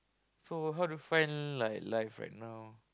so how do you find like life right now